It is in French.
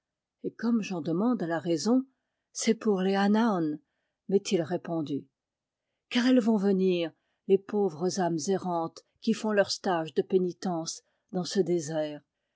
et comme j'en demande la raison c'est pour les anaôn m'est-il répondu car elles vont venir les pauvres âmes errantes qui font leur stage de pénitence dans ce désert